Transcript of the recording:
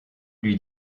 lui